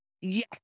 Yes